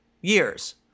Years